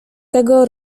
tego